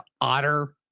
otter